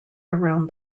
around